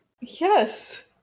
yes